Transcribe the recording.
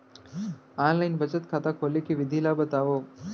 Online बचत खाता खोले के विधि ला बतावव?